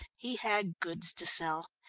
he had goods to sell,